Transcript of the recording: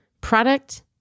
Product